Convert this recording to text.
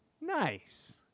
Nice